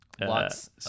Lots